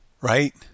Right